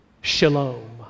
shalom